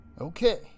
Okay